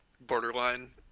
Borderline